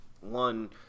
one